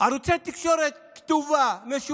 ערוצי תקשורת כתובה, משודרת,